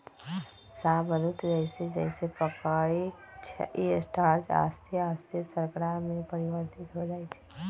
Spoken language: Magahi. शाहबलूत जइसे जइसे पकइ छइ स्टार्च आश्ते आस्ते शर्करा में परिवर्तित हो जाइ छइ